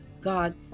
God